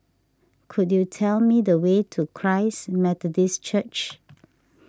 could you tell me the way to Christ Methodist Church